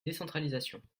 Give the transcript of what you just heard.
décentralisation